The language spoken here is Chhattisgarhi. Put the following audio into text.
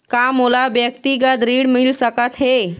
का मोला व्यक्तिगत ऋण मिल सकत हे?